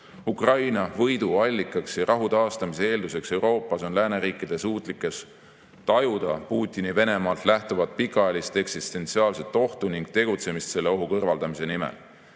Ukraina võidu allikaks ja rahu taastamise eelduseks Euroopas on lääneriikide suutlikkus tajuda Putini Venemaalt lähtuvat pikaajalist eksistentsiaalset ohtu ning tegutsemist selle ohu kõrvaldamise nimel.